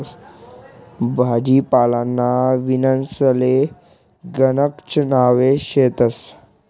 भाजीपालांना बियांसले गणकच नावे शेतस